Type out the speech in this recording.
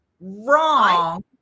wrong